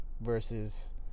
versus